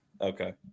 okay